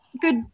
good